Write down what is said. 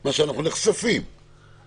מה שאנחנו נחשפים לו עכשיו,